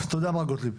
תודה מר גוטליב.